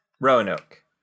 Roanoke